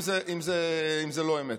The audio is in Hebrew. אם זאת לא אמת: